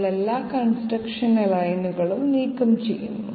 നമ്മൾ എല്ലാ കൺസ്ട്രക്ഷൻ ലൈനുകളും നീക്കംചെയ്യുന്നു